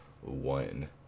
one